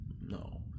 No